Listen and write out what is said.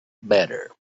better